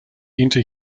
into